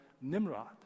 Nimrod